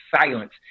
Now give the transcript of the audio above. silence